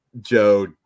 joe